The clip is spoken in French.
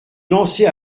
danser